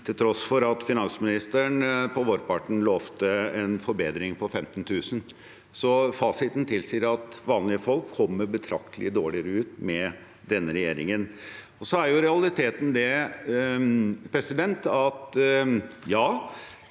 til tross for at finansministeren på vårparten lovte en forbedring på 15 000. Så fasiten tilsier at vanlige folk kommer betraktelig dårligere ut med denne regjeringen. Realiteten er at det